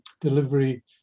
delivery